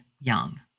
young